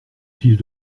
fiche